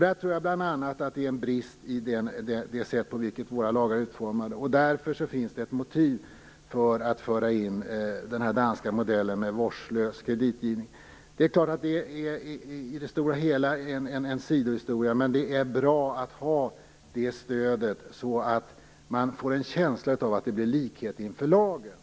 Där tror jag bl.a. att det är fråga om en brist i det sätt som våra lagar är utformade på. Därför finns det ett motiv för att föra in den här danska modellen med vårdslös kreditgivning. Det är klart att det i det stora hela är en sidohistoria, men det är bra att ha det stödet, så att man får en känsla av det blir likhet inför lagen.